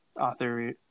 author